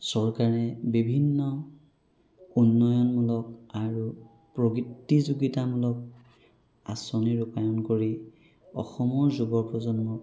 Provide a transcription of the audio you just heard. চৰকাৰে বিভিন্ন উন্নয়নমূলক আৰু প্ৰতিযোগিতামূলক আঁচনি ৰূপায়ণ কৰি অসমৰ যুৱপ্ৰজন্মক